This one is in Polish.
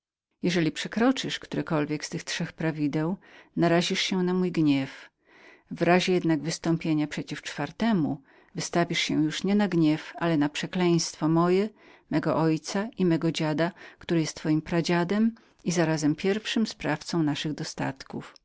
jeżeli przekroczysz przeciw któremukolwiek z tych trzech prawideł narazisz się na mój gniew w razie jednak wystąpienia przeciw czwartemu wystawisz się już nie na gniew ale na przeklęstwo moje mego ojca i mego dziada który jest twoim pradziadem i zarazem pierwszym sprawcą naszych dostatków